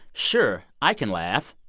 sure, i can laugh,